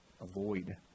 Avoid